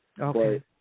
Okay